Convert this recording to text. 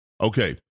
Okay